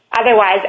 otherwise